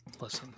listen